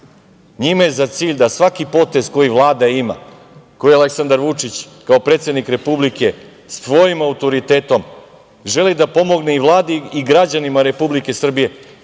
kaže. Njima je za cilj da svaki potez koji Vlada ima, koji Aleksandar Vučić, kao predsednik Republike, stvori autoritetom, želi da pomogne i Vladi i građanima Republike Srbije…